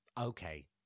okay